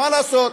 מה לעשות,